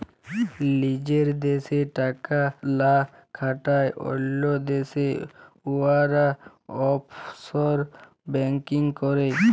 লিজের দ্যাশে টাকা লা খাটায় অল্য দ্যাশে উয়ারা অফশর ব্যাংকিং ক্যরে